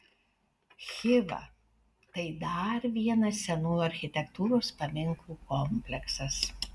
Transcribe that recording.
chiva tai dar vienas senųjų architektūros paminklų kompleksas